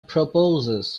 proposes